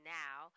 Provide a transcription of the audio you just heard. now